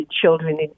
children